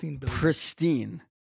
pristine